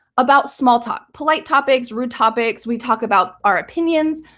about small talk. polite topics, rude topics, we talk about our opinions.